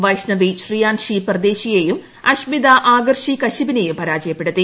വൈഷ്ണവി ശ്രിയാൻഷി പർദേശിയെയും അഷ്മിത ആകർഷി കശ്യപിനെയും പരാജയപ്പെടുത്തി